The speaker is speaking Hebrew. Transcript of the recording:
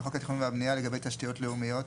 מה קורה היום בחוק התכנון והבנייה לגבי תשתיות לאומיות?